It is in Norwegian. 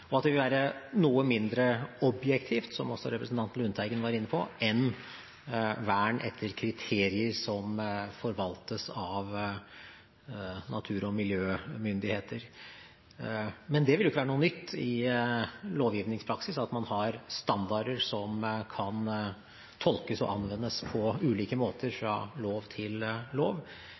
og at det vil være noe mindre objektivt, som også representanten Lundteigen var inne på, enn vern etter kriterier som forvaltes av natur- og miljømyndigheter. Men det vil ikke være noe nytt i lovgivningspraksis at man har standarder som kan tolkes og anvendes på ulike måter fra lov til lov.